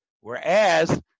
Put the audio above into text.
Whereas